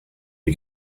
you